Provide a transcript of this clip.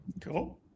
Cool